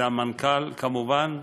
זה המנכ"ל כמובן,